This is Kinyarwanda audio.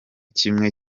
kimwe